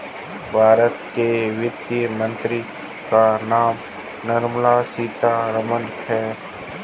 भारत के वित्त मंत्री का नाम निर्मला सीतारमन है